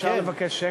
אפשר לבקש שקט?